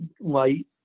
light